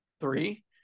three